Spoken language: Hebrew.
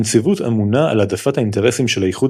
הנציבות אמונה על העדפת האינטרסים של האיחוד